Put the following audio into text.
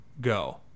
go